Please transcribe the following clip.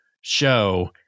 show